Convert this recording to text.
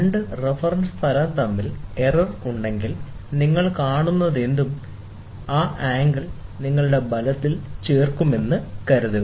രണ്ട് റഫറൻസ് തലം തമ്മിൽ എറർ ഉണ്ടെങ്കിൽ നിങ്ങൾ കാണുന്നതെന്തും ആ ആംഗിൾ നിങ്ങളുടെ ഫലത്തിൽ ചേർക്കും എന്ന് കരുതുക